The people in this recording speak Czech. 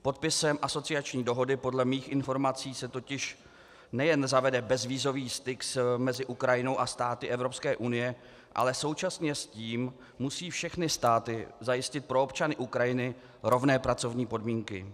Podpisem asociační dohody podle mých informací se totiž nejen zavede bezvízový styk mezi Ukrajinou a státy Evropské unie, ale současně s tím musí všechny státy zajistit pro občany Ukrajiny rovné pracovní podmínky.